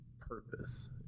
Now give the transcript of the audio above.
purpose